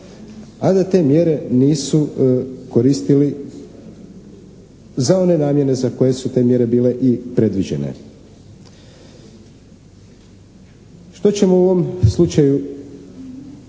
a da te mjere nisu koristili za one namjene za koje su te mjere bile i predviđene. Što ćemo u ovom slučaju dobiti